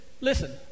listen